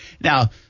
Now